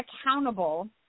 accountable